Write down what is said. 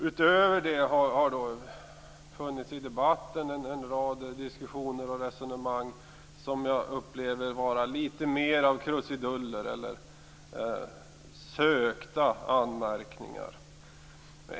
Utöver det har det i debatten funnits en rad diskussioner och resonemang som jag upplever vara litet mer av krusiduller eller sökta anmärkningar.